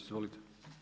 Izvolite.